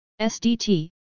SDT